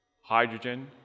hydrogen